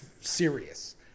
serious